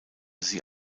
sie